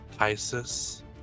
Isis